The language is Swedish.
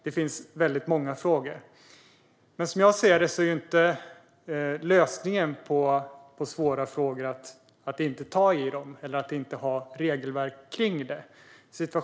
Det är många och svåra frågor. Men som jag ser det är inte lösningen på svåra frågor att inte ta itu med dem eller att inte ha regelverk för detta.